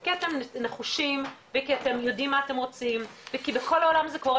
כי אתם נחושים וכי אתם יודעים מה אתם רוצים וכי בכל העולם זה קורה